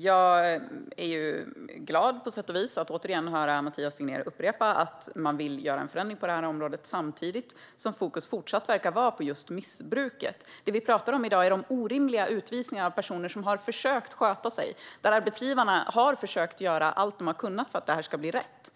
Fru talman! Jag är på sätt och vis glad att höra Mathias upprepa att man vill göra en förändring på det här området. Samtidigt verkar fokus fortsatt vara på just missbruket. Det vi pratar om i dag är de orimliga utvisningarna av personer som har försökt sköta sig och där arbetsgivarna har försökt göra allt de har kunnat för att det ska bli rätt.